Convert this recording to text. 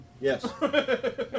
Yes